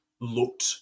looked